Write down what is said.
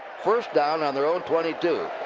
first down on their own twenty two.